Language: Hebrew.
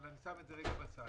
אבל אני שם את זה לרגע בצד.